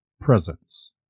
presence